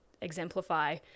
exemplify